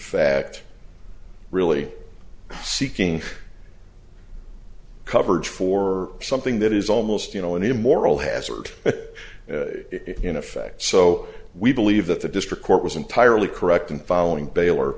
fact really seeking coverage for something that is almost you know an immoral hazard in effect so we believe that the district court was entirely correct in following baylor